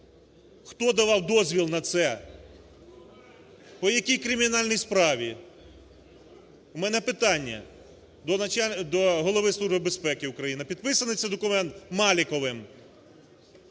Хто давав дозвіл на це? По якій кримінальній справі? В мене питання до Голови Служби безпеки України. Підписаний цей документом Маліковим